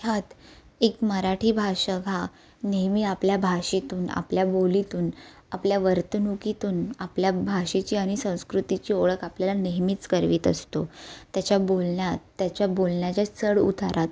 त्यात एक मराठी भाषक हा नेहमी आपल्या भाषेतून आपल्या बोलीतून आपल्या वर्तणुकीतून आपल्या भाषेची आणि संस्कृतीची ओळख आपल्याला नेहमीच करवीत असतो त्याच्या बोलण्यात त्याच्या बोलण्याच्या चढउतारात